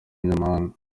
umunyamahanga